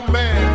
man